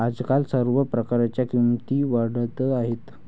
आजकाल सर्व प्रकारच्या किमती वाढत आहेत